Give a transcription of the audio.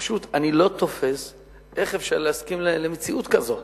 אני פשוט לא תופס איך אפשר להסכים למציאות כזאת.